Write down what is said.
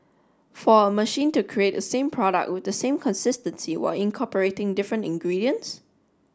for a machine to create the same product with the same consistency while incorporating different ingredients